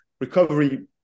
recovery